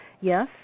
Yes